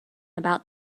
about